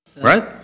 right